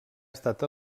estat